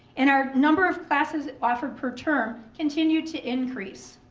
and our number of classes offered per term continued to increase.